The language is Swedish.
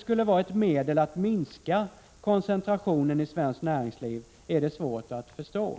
skulle vara ett medel att minska koncentrationen i svenskt näringsliv är det svårt att förstå.